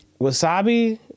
Wasabi